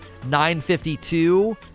952